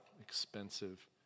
expensive